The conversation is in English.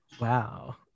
Wow